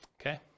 okay